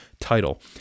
title